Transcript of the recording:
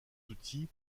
outils